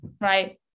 right